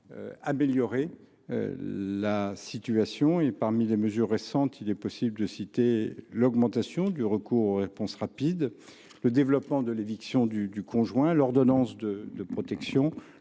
amélioré la situation. Parmi les mesures récentes, citons l’augmentation du recours aux réponses rapides, le développement de l’éviction du conjoint, l’ordonnance de protection,